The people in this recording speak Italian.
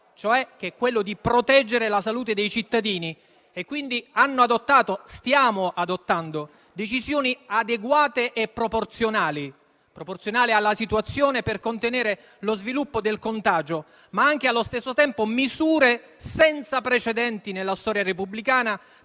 alto, quello di proteggere la salute dei cittadini e quindi, hanno adottato - anzi, stiamo adottando - decisioni adeguate e proporzionali alla situazione, per contenere lo sviluppo del contagio, ma, allo stesso tempo, misure senza precedenti nella storia repubblicana,